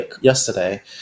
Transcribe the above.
yesterday